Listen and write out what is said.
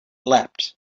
leapt